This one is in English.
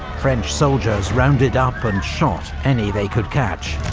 french soldiers rounded up and shot any they could catch,